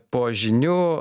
po žinių